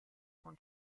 con